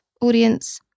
audience